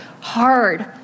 hard